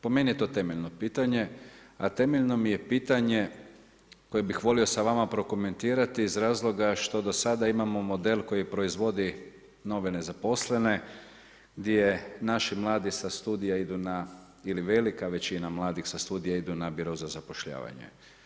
Po meni je to temeljno pitanje, a temeljno mi je pitanje koje bih volio sa vama prokomentirati iz razloga što do sada imamo model koji proizvodi nove nezaposlene gdje naši mladi sa studija idu na ili velika većina mladih sa studija idu na biro za zapošljavanje.